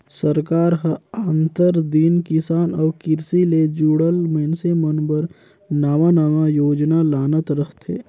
सरकार हर आंतर दिन किसान अउ किरसी ले जुड़ल मइनसे मन बर नावा नावा योजना लानत रहथे